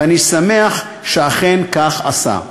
ואני שמח שאכן כך עשה.